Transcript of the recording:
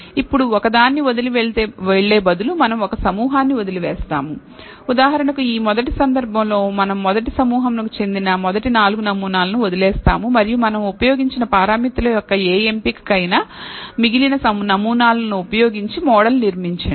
ఇప్పుడు ఒకదాన్ని వదిలి వెళ్ళే బదులుమనం ఒక సమూహాన్ని వదిలివేస్తాము ఉదాహరణకు ఈ మొదటి సందర్భంలో మనం మొదటి సమూహమునకు చెందిన మొదటి 4 నమూనాలను వదిలివేస్తాము మరియు మనం ఉపయోగించిన పారామితుల యొక్క ఏ ఎంపికకైనా మిగిలిన నమూనాలను ఉపయోగించి మోడల్ నిర్మించండి